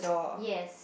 yes